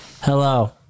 Hello